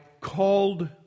called